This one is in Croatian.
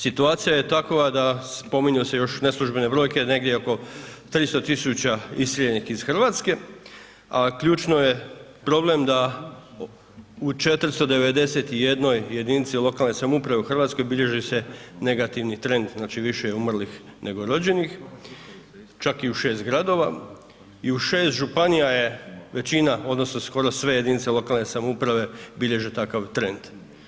Situacija je takva da, spominju se još neslužbene brojke, negdje oko 300 000 iseljenih iz RH, a ključno je problem da u 491 jedinici lokalne samouprave u RH bilježi se negativni trend, znači više je umrlih nego rođenih, čak i u 6 gradova i u 6 županija je većina odnosno skoro sve jedinice lokalne samouprave bilježe takav trend.